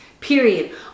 period